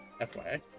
FYI